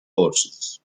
horses